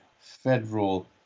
federal